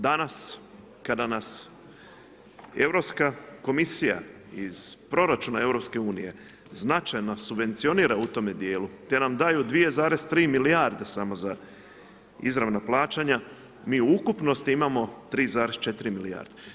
Danas kada nas Europska komisija iz proračuna EU značajno subvencionira u tome djelu te nam daju 2,3 milijarde samo za izravna plaćanja, mi u ukupnosti imamo 3,4 milijarde.